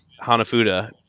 Hanafuda